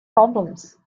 problems